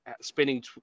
Spending